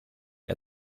che